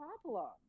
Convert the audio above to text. problem